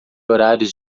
horários